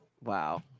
Wow